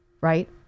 right